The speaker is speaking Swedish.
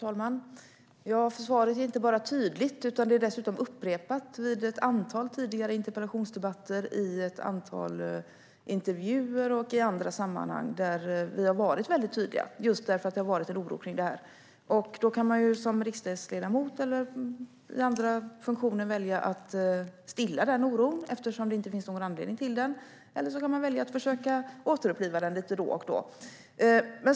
Fru talman! Svaret är inte bara tydligt, utan det har dessutom upprepats vid ett antal tidigare interpellationsdebatter, i ett antal intervjuer och i andra sammanhang där vi har varit väldigt tydliga, just därför att det har funnits en oro. Då kan man som riksdagsledamot eller i någon annan funktion välja att låta den oron stillas eftersom det inte finns någon anledning till den, eller så kan man välja att försöka återuppliva den lite då och då.